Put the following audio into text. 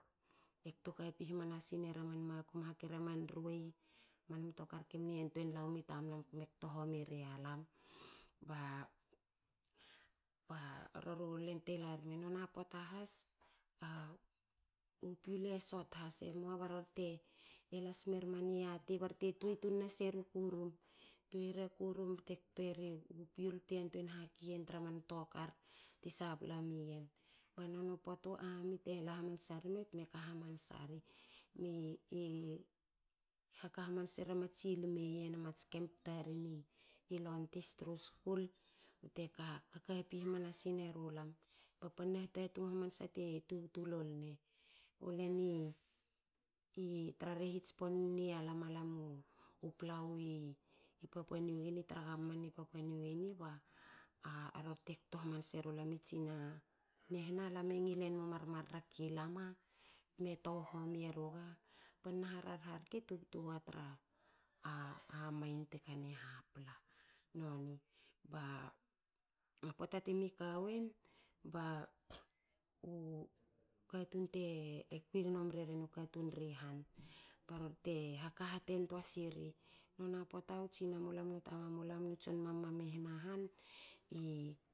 E kto kapi hamansi era man makum e hake ra man ruei aman mtokar kemne yantuei lau mi tamlam bte me kto homi rialam. Ba roru len te larme nona poata has u fuel e sot has emua barorte lasmera niati ba rorte tuei era kurum bte. tuei era kurum bte kteru fuel ti yantuei hakia tra mtokar ti sabla mien. Ba nonia pota bu army te la hmansa rme bte me ka hamansa ri. Mi ka hamansa matsi lme yen a mats camp taren i lontis bte ka kakpi hamansin eru lam ba panna hitatung hamansa te tubtu lolne. Ulen i tra heri tsponnialam u len ri papua new guinea tra gavman ni papua new guinea barorte kto hamanse rulam i tsin lam e ngil enumu mar marra ki lam? Bte me tou homi eruga? Panna rarha rke tubtu wa tra mine te kana hapla noni. Ba pota ti mi kawin ba. katun ri han ba rorte haka hate siri nona poata u tsinanumlam nu tamamulam nu tson mam mam i hna han i